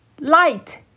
light